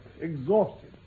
exhausted